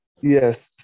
Yes